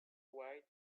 white